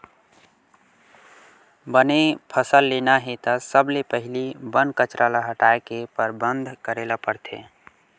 बने फसल लेना हे त सबले पहिली बन कचरा ल हटाए के परबंध करे ल परथे